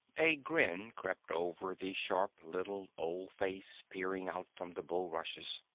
a grin crept over the sharp little old face peering out from the bulrushes.